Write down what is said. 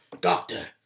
Doctor